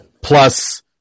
plus